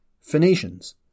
Phoenicians